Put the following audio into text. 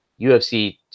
UFC